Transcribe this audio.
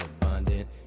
abundant